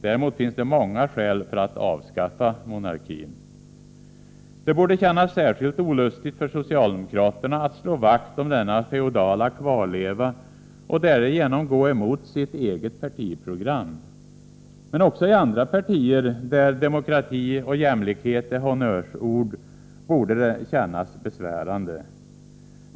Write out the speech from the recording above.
Däremot finns det många skäl för att avskaffa monarkin. Det borde kännas särskilt olustigt för socialdemokraterna att slå vakt om denna feodala kvarleva och därigenom gå emot sitt eget partiprogram. Men också i andra partier där demokrati och jämlikhet är honnörsord borde det kännas besvärande.